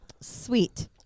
Sweet